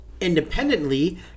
Independently